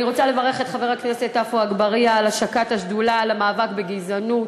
אני רוצה לברך את חבר הכנסת עפו אגבאריה על השקת השדולה למלחמה בגזענות.